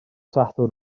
sadwrn